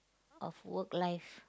of work life